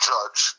Judge